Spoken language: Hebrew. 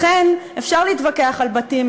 לכן אפשר להתווכח על בתים,